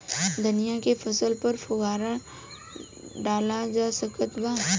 धनिया के फसल पर फुहारा डाला जा सकत बा?